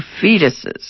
fetuses